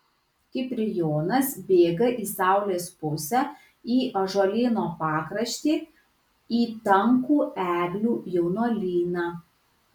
kiprijonas bėga į saulės pusę į ąžuolyno pakraštį į tankų eglių jaunuolyną